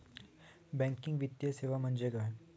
Banking वित्तीय सेवा म्हणजे काय?